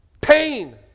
Pain